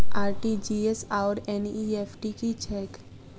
RTGS आओर NEFT की छैक?